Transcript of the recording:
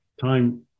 time